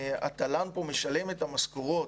שהתל"ן משלם את המשכורות.